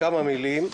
כמה מילים.